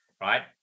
right